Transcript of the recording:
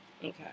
Okay